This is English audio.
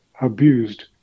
abused